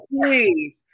please